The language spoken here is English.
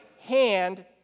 hand